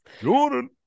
Jordan